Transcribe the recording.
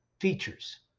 features